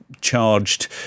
charged